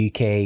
UK